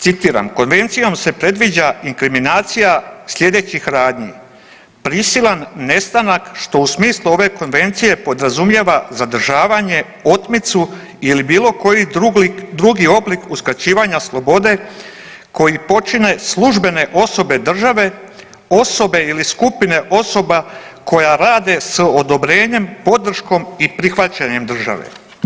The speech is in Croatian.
Citiram: „Konvencijom se predviđa inkriminacija sljedećih radnji: prisilan nestanak što u smislu ove Konvencije podrazumijeva zadržavanje, otmicu ili bilo koji drugi oblik uskraćivanja slobode koji počine službene osobe države, osobe ili skupine osoba koja rade s odobrenjem, podrškom i prihvaćanjem države.